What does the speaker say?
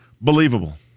believable